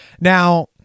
Now